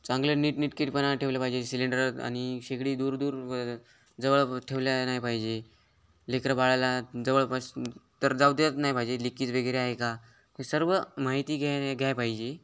चांगलं नीटनीटकेपणा ठेवलं पाहिजे सिलेंडर आणि शेगडी दूर दूर जवळ ठेवल्या नाही पाहिजे लेकरं बाळाला जवळपास तर जाऊ देत नाही पाहिजे लिकेज वगैरे आहे का सर्व माहिती घेणे घ्यायला पाहिजे